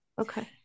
Okay